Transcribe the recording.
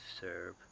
serve